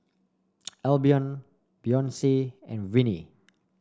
Albion Beyonce and Vinie